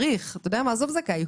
אתה יודע מה עזוב זכאי,